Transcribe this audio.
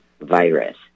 virus